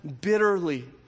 bitterly